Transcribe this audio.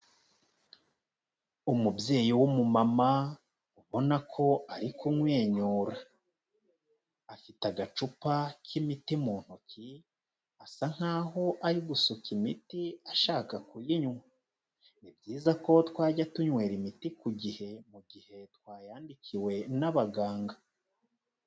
Umubyeyi w'umumama, ubona ko ari kumwenyura, afite agacupa k'imiti mu ntoki, asa nk'aho ari gusuka imiti ashaka kuyinywa, ni byiza ko twajya tunywera imiti ku gihe mu gihe twayandikiwe n'abaganga.